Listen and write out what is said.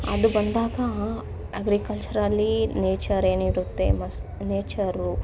ಅದು ಬಂದಾಗ ಅಗ್ರಿಕಲ್ಚರಲ್ಲಿ ನೇಚರೇನಿರುತ್ತೆ ಮಸ್ ನೇಚರು